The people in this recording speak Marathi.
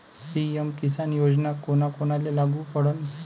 पी.एम किसान योजना कोना कोनाले लागू पडन?